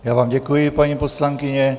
Já vám děkuji, paní poslankyně.